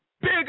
Big